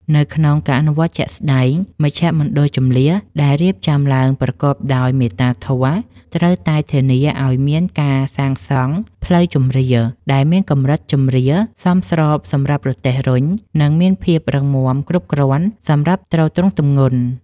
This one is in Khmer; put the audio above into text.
នៅក្នុងការអនុវត្តជាក់ស្តែង មជ្ឈមណ្ឌលជម្លៀសដែលរៀបចំឡើងប្រកបដោយមេត្តាធម៌ ត្រូវតែធានាឱ្យមានការសាងសង់ផ្លូវជម្រាល ដែលមានកម្រិតជម្រាលសមស្របសម្រាប់រទេះរុញ និងមានភាពរឹងមាំគ្រប់គ្រាន់សម្រាប់ទ្រទ្រង់ទម្ងន់។